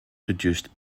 produced